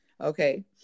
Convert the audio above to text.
Okay